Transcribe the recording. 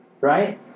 right